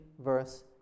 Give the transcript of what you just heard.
verse